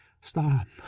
Stop